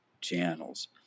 channels